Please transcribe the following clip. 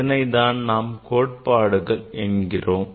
இதனைத் தான் நாம் கோட்பாடுகள் என்கிறோம்